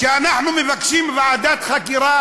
כשאנחנו מבקשים ועדת חקירה